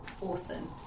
awesome